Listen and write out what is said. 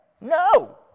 No